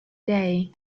day